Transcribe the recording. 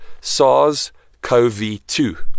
SARS-CoV-2